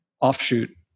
offshoot